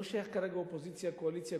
לא שייך כרגע אופוזיציה קואליציה,